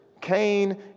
Cain